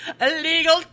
illegal